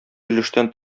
өлештән